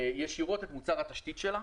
ישירות את מוצר התשתית שלה.